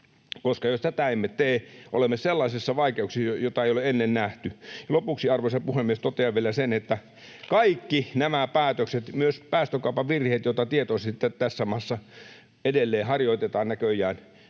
Jos tätä emme tee, olemme sellaisissa vaikeuksissa, joita ei ole ennen nähty. Lopuksi, arvoisa puhemies, totean vielä sen, että kaikki nämä päätökset, myös päästökaupan virheet, joita tietoisesti tässä maassa edelleen harjoitetaan näköjään